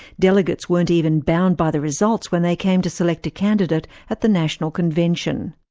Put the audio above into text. delegates weren't even bound by the results when they came to select a candidate at the national convention.